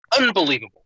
unbelievable